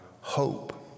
hope